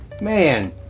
man